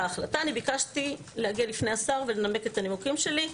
ביקשתי להגיע לפני השר ולנמק את הנימוקים שלי.